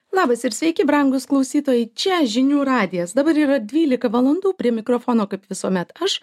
labas ir sveiki brangūs klausytojai čia žinių radijas dabar yra dvylika valandų prie mikrofono kaip visuomet aš